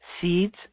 Seeds